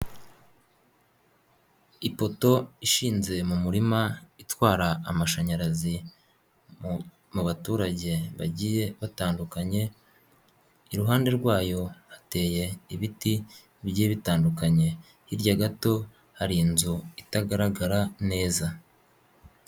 Ipoto ishinze mu murima itwara amashanyarazi mu baturage bagiye batandukanye, iruhande rwayo hateye ibiti bigiye bitandukanye, hirya gato hari inzu itagaragara neza.